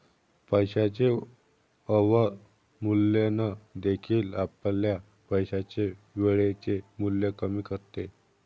पैशाचे अवमूल्यन देखील आपल्या पैशाचे वेळेचे मूल्य कमी करते